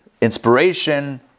inspiration